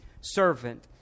servant